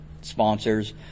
sponsors